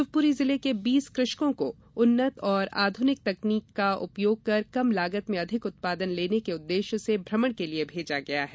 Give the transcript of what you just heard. शिवपूरी जिले के कृषकों को उन्नत एवं आधूनिकी तकनीकी का उपयोग कर कम लागत में अधिक उत्पादन लेने के उद्देश्य से भ्रमण के लिए भेजा गया है